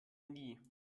nie